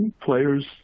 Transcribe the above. players